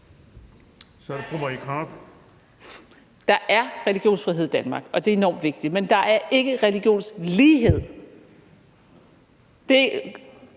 Marie Krarup (DF): Der er religionsfrihed i Danmark, og det er enormt vigtigt, men der er ikke religionslighed.